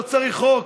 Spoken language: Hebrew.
לא צריך חוק.